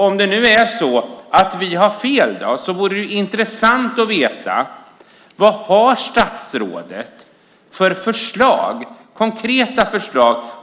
Om vi har fel vore det intressant att få veta vad statsrådet har för konkreta förslag.